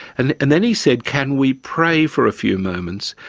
and and then he said, can we pray for a few moments?